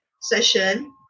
session